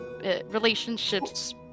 Relationships